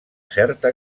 certa